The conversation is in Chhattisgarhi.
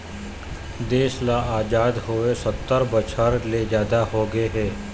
देश ल अजाद होवे सत्तर बछर ले जादा होगे हे